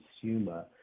consumer